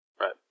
Right